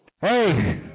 Hey